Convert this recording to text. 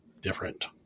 different